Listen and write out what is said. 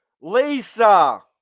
Lisa